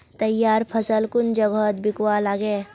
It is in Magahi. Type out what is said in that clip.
तैयार फसल कुन जगहत बिकवा लगे?